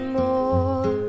more